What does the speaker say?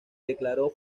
declaró